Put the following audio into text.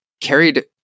carried